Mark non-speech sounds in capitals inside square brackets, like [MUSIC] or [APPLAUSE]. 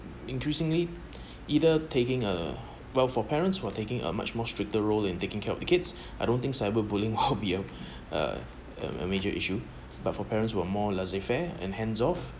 increasingly [BREATH] either taking a well for parents who are taking a much more stricter role in taking care of the kids [BREATH] I don't think cyber bullying would be a [LAUGHS] uh major issue but for parents were more laissez-faire and hands off